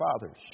fathers